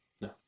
No